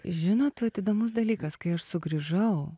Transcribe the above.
žinot vat įdomus dalykas kai aš sugrįžau